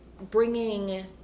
bringing